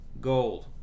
gold